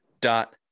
dot